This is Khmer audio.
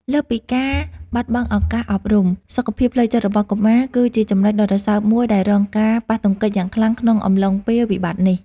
លើសពីការបាត់បង់ឱកាសអប់រំ សុខភាពផ្លូវចិត្តរបស់កុមារគឺជាចំណុចដ៏រសើបមួយដែលរងការប៉ះទង្គិចយ៉ាងខ្លាំងក្នុងអំឡុងពេលវិបត្តិនេះ។